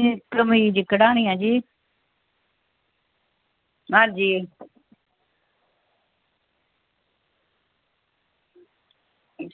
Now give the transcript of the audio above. कमीज़ कड़हानी ऐ जी हां जी